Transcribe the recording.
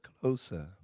closer